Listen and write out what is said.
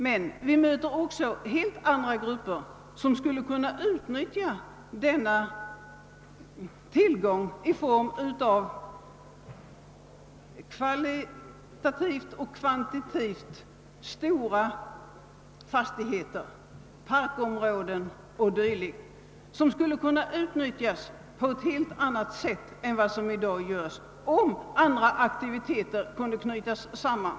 Det finns emellertid också andra grupper som skulle kunna dra nytta av den stora tillgången på kvalitativt högtstående fastigheter, parkområden o.d. — på ett helt annat sätt än som nu sker — om olika aktiviteter kunde knytas samman.